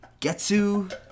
Getsu